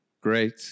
Great